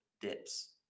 dips